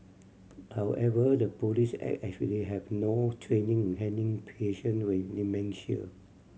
however the police acted as if they have no training in handling patient with dementia